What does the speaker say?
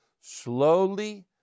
Slowly